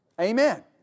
Amen